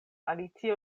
alicio